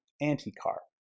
anti-car